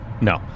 No